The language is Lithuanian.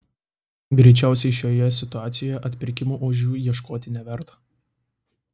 greičiausiai šioje situacijoje atpirkimo ožių ieškoti neverta